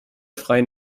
freien